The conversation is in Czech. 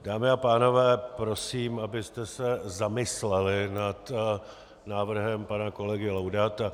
Dámy a pánové, prosím, abyste se zamysleli nad návrhem pana kolegy Laudáta.